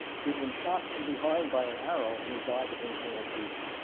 he had been shot from behind by an arrow and he died of internal bleeding.